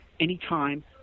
anytime